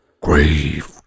Grave